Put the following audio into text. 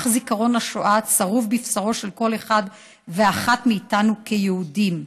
כך זיכרון השואה צרוב בבשרו של כל אחד ואחת מאיתנו כיהודים.